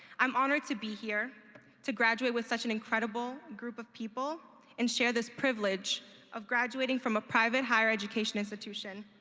i'm honored to be here to graduate with such an incredible group of people and share this privilege of graduating from a private higher education institution.